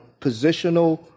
positional